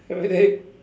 everyday